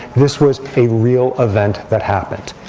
this was a real event that happened,